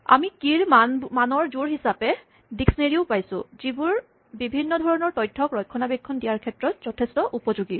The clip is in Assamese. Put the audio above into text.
আমি কী ৰ মানৰ যোৰ হিচাপে ডিক্সনেৰীয়ো পাইছো যিবোৰ বিভিন্ন ধৰণৰ তথ্যক ৰক্ষণাবেক্ষণ দিয়াৰ ক্ষেত্ৰত যথেষ্ট উপযোগী